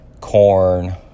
corn